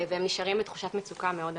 והם נשארים בתחושת מצוקה מאוד עמוקה.